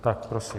Tak prosím.